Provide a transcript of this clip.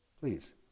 Please